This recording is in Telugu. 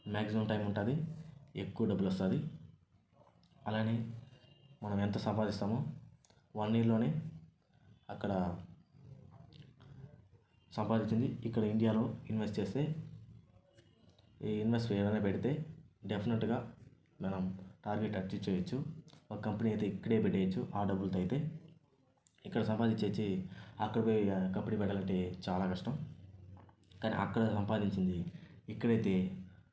మాక్సిమం టైం ఉంటుంది ఎక్కువ డబ్బులు వస్తుంది అలా అని మనం ఎంత సంపాదిస్తామో వన్ ఇయర్లోనే అక్కడ సంపాదించింది ఇక్కడ ఇండియాలో ఇన్వెస్ట్ చేస్తే ఈ ఇన్వెస్ట్ ఏదైనా పెడితే డెఫనెట్గా మనం టార్గెట్ అచీవ్ చేయొచ్చు ఒక కంపెనీని అయితే ఇక్కడే పెట్టవచ్చు ఆ డబ్బులతో అయితే ఇక్కడ సంపాదించి వచ్చి అక్కడ పోయి కంపెనీ పెట్టాలంటే చాలా కష్టం కానీ అక్కడ సంపాదించింది ఇక్కడైతే